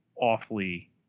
awfully